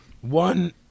One